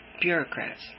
bureaucrats